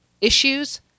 issues